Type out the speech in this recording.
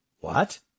What